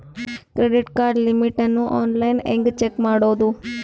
Credit card limit ಅನ್ನು online ಹೆಂಗ್ check ಮಾಡೋದು?